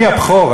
אני הבכור,